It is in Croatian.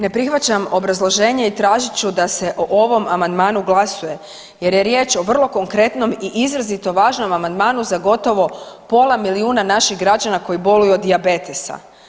Ne prihvaćam obrazloženje i tražit ću da se o ovom amandmanu glasuje jer je riječ o vrlo konkretnom i izrazito važnom amandmanu za gotovo pola milijuna naših građana koji boluju od dijabetesa.